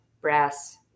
brass